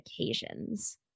occasions